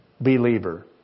believer